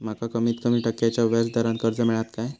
माका कमीत कमी टक्क्याच्या व्याज दरान कर्ज मेलात काय?